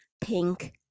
pink